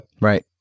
Right